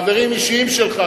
חברים אישיים שלך,